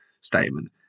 statement